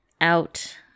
out